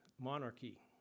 monarchy